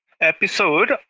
episode